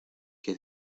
que